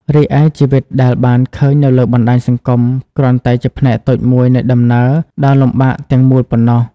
រីឯ ជីវិតដែលបានឃើញនៅលើបណ្តាញសង្គម គ្រាន់តែជាផ្នែកតូចមួយនៃដំណើរដ៏លំបាកទាំងមូលប៉ុណ្ណោះ។